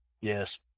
Yes